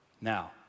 Now